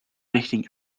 richting